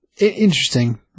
Interesting